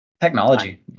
technology